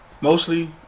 mostly